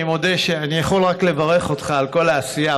אני יכול רק לברך אותך על כל העשייה,